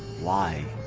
lives